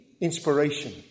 inspiration